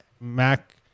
Mac